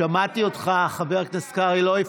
שמעתי אותך, חבר